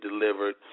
delivered